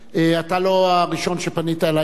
אתה לא הראשון שפנה אלי בערעור.